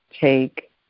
take